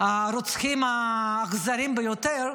הרוצחים האכזריים ביותר,